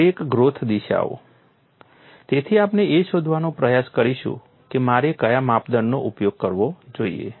crack growth દિશાઓ તેથી આપણે એ શોધવાનો પ્રયત્ન કરીશું કે મારે કયા માપદંડનો ઉપયોગ કરવો જોઈએ